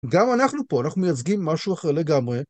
‫גם אנחנו פה, אנחנו מייצגים ‫משהו אחר לגמרי.